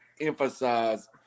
emphasize